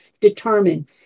determine